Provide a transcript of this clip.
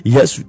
Yes